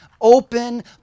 Open